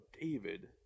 David